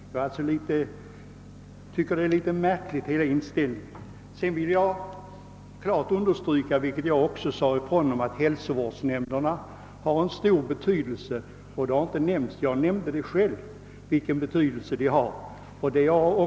Jag tycker att fru Sundbergs inställning är något märklig. Vidare vill jag starkt understryka, vilket jag tidigare framhållit, att hälsovårdsnämnderna redan nu har stor betydelse. De har inte nämnts i utlåtandet, men jag har själv påpekat deras stora betydelse.